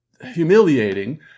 humiliating